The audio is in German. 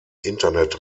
internet